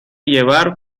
llevar